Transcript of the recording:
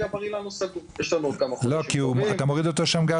יש לנו עוד כמה --- אתה מוריד לשמגר